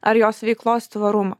ar jos veiklos tvarumą